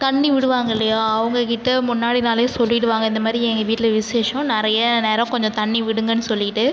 தண்ணி விடுவாங்க இல்லையா அவங்க கிட்ட முன்னாடி நாளே சொல்லிவிடுவாங்க இந்த மாரி எங்கள் வீட்டில் விசேஷம் நிறைய நேரம் கொஞ்சம் தண்ணி விடுங்கன்னு சொல்லிவிட்டு